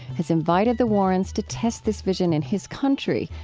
has invited the warrens to test this vision in his country,